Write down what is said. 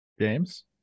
James